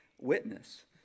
witness